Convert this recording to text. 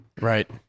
Right